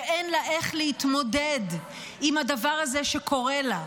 ואין לה איך להתמודד עם הדבר הזה שקורה לה.